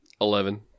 Eleven